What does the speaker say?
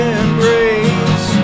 embrace